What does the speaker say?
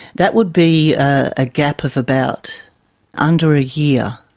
that would be a gap of about under a year.